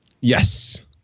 Yes